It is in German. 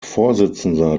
vorsitzender